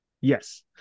Yes